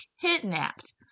kidnapped